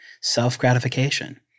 self-gratification